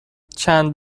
چند